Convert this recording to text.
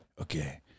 Okay